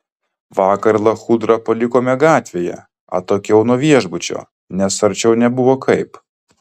vakar lachudrą palikome gatvėje atokiau nuo viešbučio nes arčiau nebuvo kaip